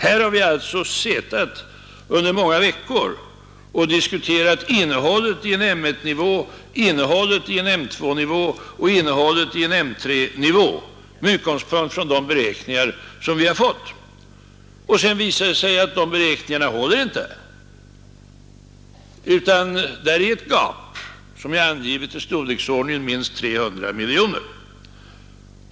Vi har alltså suttit här i flera veckor och diskuterat innehållet i en M 1-nivå, i en M 2-nivå och i en M 3-nivå med utgångspunkt från de beräkningar som vi har fått. Sedan visar det sig att dessa beräkningar inte håller utan att det finns ett gap, som angivits till storleksordningen minst 300 miljoner kronor.